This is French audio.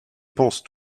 pense